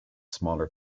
smaller